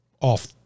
off